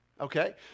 okay